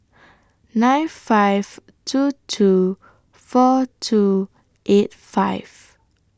nine five two two four two eight five